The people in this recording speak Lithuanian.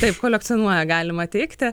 taip kolekcionuoja galima teigti